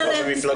אם כבר במפלגות,